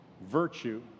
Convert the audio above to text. virtue